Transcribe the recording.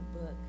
book